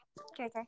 Okay